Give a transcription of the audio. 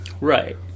Right